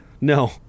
No